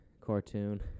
cartoon